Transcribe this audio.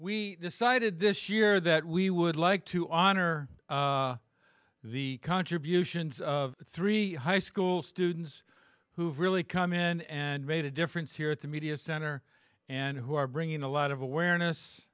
we decided this year that we would like to honor the contributions of three high school students who've really come in and made a difference here at the media center and who are bringing a lot of awareness